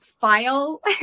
file